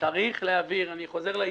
אני חוזר לעיצוב,